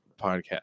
podcast